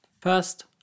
First